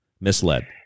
Misled